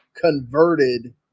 converted